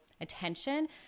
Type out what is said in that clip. attention